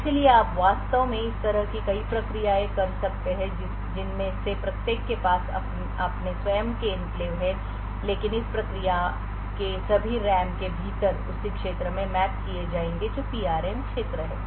इसलिए आप वास्तव में इस तरह की कई प्रक्रियाएं कर सकते हैं जिनमें से प्रत्येक के पास अपने स्वयं के एन्क्लेव हैं लेकिन इस प्रक्रिया के सभी रैम के भीतर उसी क्षेत्र में मैप किए जाएंगे जो पीआरएम क्षेत्र है